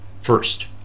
first